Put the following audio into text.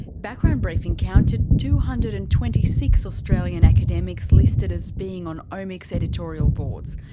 background briefing counted two hundred and twenty six australian academics listed as being on omics' editorial boards.